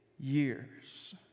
years